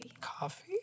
coffee